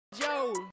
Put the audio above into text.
Joe